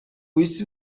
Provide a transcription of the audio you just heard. isi